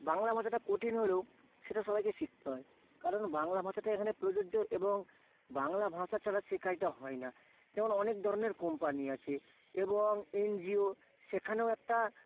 বাংলা ভাষাটা কঠিন হলেও সেটা সবাইকে শিখতে হয় কারণ বাংলা ভাষাটা এখানে প্রযোজ্য এবং বাংলা ভাষা ছাড়া সে কাজটা হয় না যেমন অনেক ধরনের কোম্পানি আছে এবং এন জি ও সেখানেও একটা